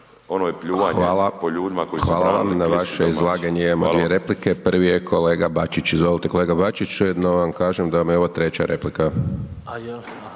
(SDP)** Hvala vam. Na vaše izlaganje imamo 2 replike, prvi je kolega Bačić. Izvolite kolega Bačić, ujedno vam kažem da vam je ovo treća replika.